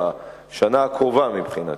בשנה הקרובה מבחינתי.